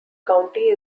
county